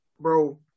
Bro